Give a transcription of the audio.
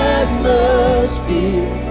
atmosphere